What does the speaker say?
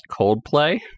Coldplay